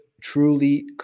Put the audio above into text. truly